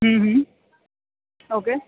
હં હં ઓકે